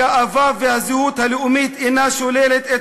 הגאווה והזהות הלאומית אינן שוללות את